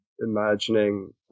imagining